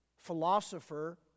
Philosopher